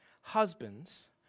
husbands